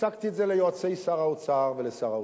הצגתי את זה ליועצי שר האוצר ולשר האוצר.